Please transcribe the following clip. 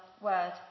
word